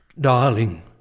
Darling